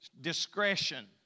discretion